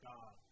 God